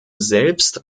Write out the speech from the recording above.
selbst